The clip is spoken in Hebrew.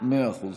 מאה אחוז.